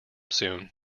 soon